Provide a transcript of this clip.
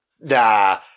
nah